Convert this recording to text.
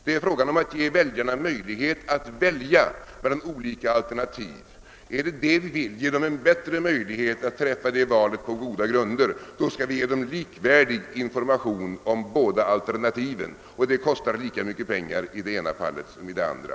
Det är fråga om att ge väljarna möjlighet att välja mellan olika alternativ. är det detta vi vill? Vill vi åstadkomma bättre förutsättningar för dem att träffa detta val på goda grunder, då skall vi ge dem likvärdig information om båda alternativen, och det kostar lika mycket pengar i det ena fallet som i det andra.